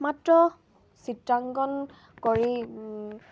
মাত্ৰ চিত্ৰাংকণ কৰি